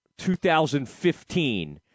2015